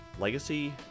Legacy